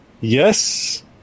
Yes